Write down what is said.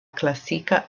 klasika